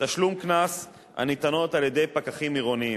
תשלום קנס הניתנות על-ידי פקחים עירוניים.